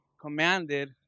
commanded